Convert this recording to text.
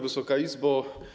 Wysoka Izbo!